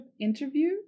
interview